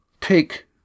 take